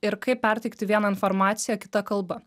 ir kaip perteikti vieną informaciją kita kalba